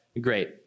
great